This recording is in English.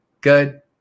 good